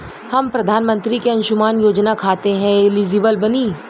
हम प्रधानमंत्री के अंशुमान योजना खाते हैं एलिजिबल बनी?